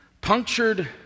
Punctured